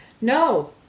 no